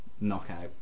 knockout